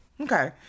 Okay